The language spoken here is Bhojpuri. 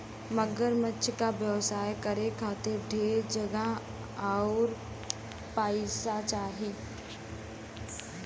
मगरमच्छ क व्यवसाय करे खातिर ढेर जगह आउर पइसा चाही